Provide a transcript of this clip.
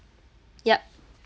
yup